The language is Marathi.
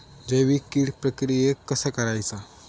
जैविक कीड प्रक्रियेक कसा करायचा?